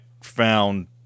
found